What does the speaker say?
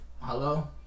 hello